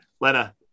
Lena